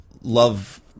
love